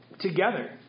together